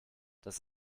das